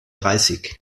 dreißig